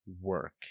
work